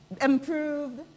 Improved